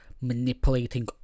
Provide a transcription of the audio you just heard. manipulating